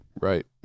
right